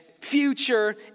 future